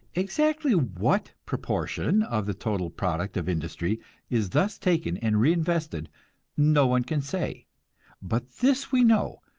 exactly what proportion of the total product of industry is thus taken and reinvested no one can say but this we know,